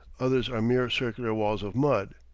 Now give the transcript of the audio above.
others are mere circular walls of mud.